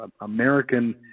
American